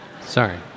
Sorry